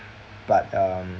but um